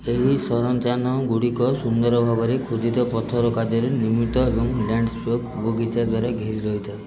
ଏହି ସଂରଚନା ଗୁଡ଼ିକ ସୁନ୍ଦର ଭାବରେ ଖୋଦିତ ପଥର କାର୍ଯ୍ୟରେ ନିର୍ମିତ ଏବଂ ଲ୍ୟାଣ୍ଡ ସ୍କେପ୍ ବଗିଚା ଦ୍ୱାରା ଘେରି ରହିଥାଏ